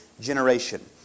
generation